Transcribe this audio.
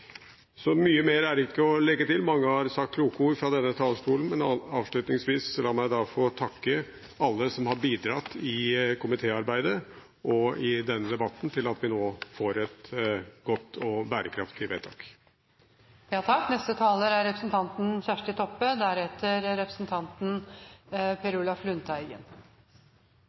Så mye mer er det ikke å legge til. Mange har sagt kloke ord fra denne talerstolen, men la meg avslutningsvis få takke alle som har bidratt til, i komitéarbeidet og i denne debatten, at vi nå får et godt og bærekraftig vedtak. For Senterpartiet er det avgjerande at Grunnlova, som er